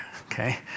okay